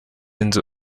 inzu